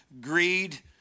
greed